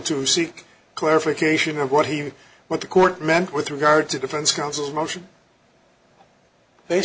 to seek clarification of what he what the court meant with regard to defense counsel motion they